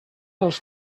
dels